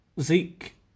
Zeke